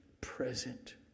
present